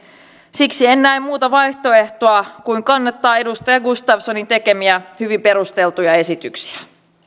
siksi en näe muuta vaihtoehtoa kuin kannattaa edustaja gustafssonin tekemiä hyvin perusteltuja esityksiä